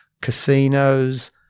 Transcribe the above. casinos